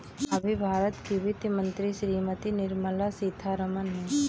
अभी भारत की वित्त मंत्री श्रीमती निर्मला सीथारमन हैं